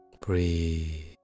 Breathe